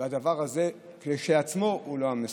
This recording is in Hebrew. והדבר הזה כשלעצמו הוא לא המסוכן.